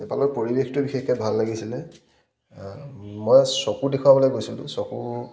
নেপালৰ পৰিৱেশটো বিশেষকৈ ভাল লাগিছিলে মই চকু দেখুৱাবলৈ গৈছিলোঁ চকু